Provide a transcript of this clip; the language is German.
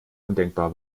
undenkbar